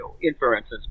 inferences